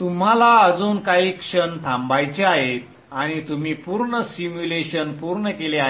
तुम्हाला अजून काही क्षण थांबायचे आहेत आणि तुम्ही पूर्ण सिम्युलेशन पूर्ण केले आहे